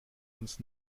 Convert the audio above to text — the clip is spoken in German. uns